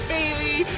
Bailey